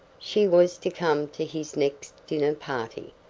she was to come to his next dinner-party,